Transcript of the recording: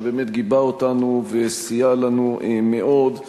שבאמת גיבה אותנו וסייע לנו מאוד,